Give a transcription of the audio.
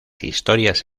historias